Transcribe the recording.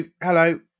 Hello